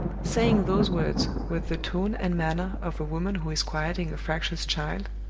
saying those words, with the tone and manner of a woman who is quieting a fractious child,